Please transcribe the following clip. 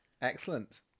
excellent